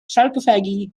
sarcophagi